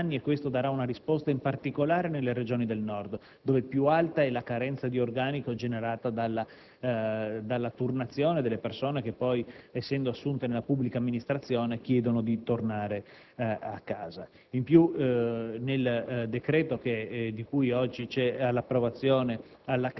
e darà una risposta soprattutto nelle Regioni del Nord, dove più alta è la carenza di organico generata dalla turnazione delle persone che poi, essendo assunte nella pubblica amministrazione, chiedono di tornare a casa. In più, il decreto-legge n.